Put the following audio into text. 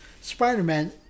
Spider-Man